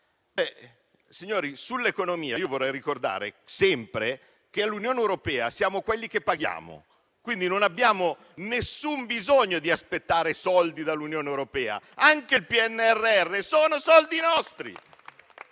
Colleghi, sull'economia vorrei ricordare sempre che nell'Unione europea siamo quelli che pagano, quindi non abbiamo nessun bisogno di aspettare soldi dall'Unione europea e anche quelli del PNRR sono soldi nostri.